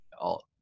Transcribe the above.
all-